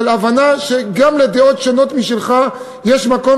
הבנה שגם לדעות שונות משלך יש מקום,